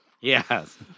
Yes